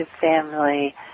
family